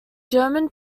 german